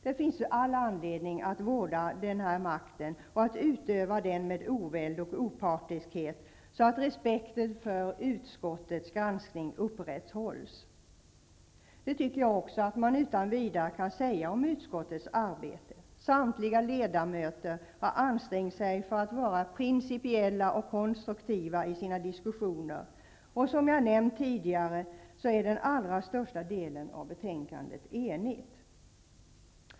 Det finns all anledning att vårda makten och att utöva den med oväld och opartiskhet, så att respekten för utskottets granskning upprätthålls. Jag tycker också att det går att framhålla detta om uskottets arbete. Samtliga ledamöter har ansträngt sig för att vara principiella och konstruktiva i sina diskussioner. Som jag har sagt tidigare är utskottet till allra största delen enigt.